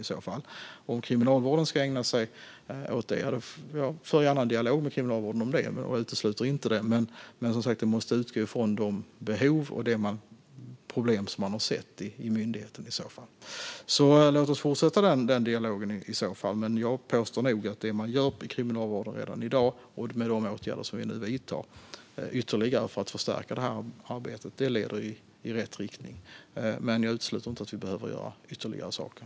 När det gäller om kriminalvården ska ägna sig åt det för jag gärna en dialog med dem om det. Jag utesluter inte detta. Men det måste i så fall utgå från de behov och de problem som man har sett i myndigheten. Låt oss fortsätta denna dialog i så fall. Men jag vill nog påstå att det som man gör inom kriminalvården redan i dag, med de ytterligare åtgärder som vi nu vidtar för att förstärka detta arbete, leder i rätt riktning. Men jag utesluter inte att vi behöver göra ytterligare saker.